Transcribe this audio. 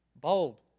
Bold